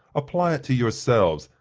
apply it to yourselves,